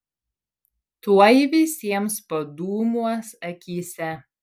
tuoj visiems padūmuos akyse